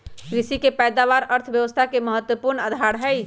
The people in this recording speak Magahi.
कृषि के पैदावार अर्थव्यवस्था के महत्वपूर्ण आधार हई